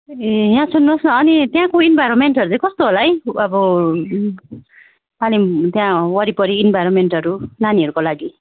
ए यहाँ सुन्नुहोस् न अनि त्यहाँको इन्भाइरोमेन्टहरू चाहिँ कस्तो होला है अब कालिम्पोङ त्यहाँ वरिपरि इन्भाइरोमेन्टहरू नानीहरूको लागि